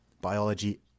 biology